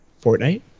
Fortnite